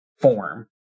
form